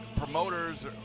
Promoters